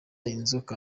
inzoka